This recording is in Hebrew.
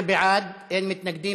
תפעיל אותה, כן.